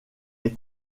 est